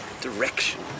direction